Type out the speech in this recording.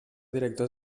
director